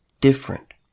different